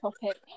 topic